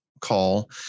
call